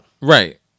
Right